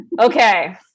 Okay